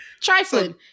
Trifling